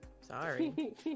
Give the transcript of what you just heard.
Sorry